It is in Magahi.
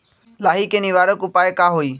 लाही के निवारक उपाय का होई?